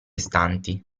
stanti